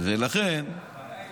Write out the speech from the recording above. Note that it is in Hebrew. הבעיה היא